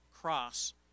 cross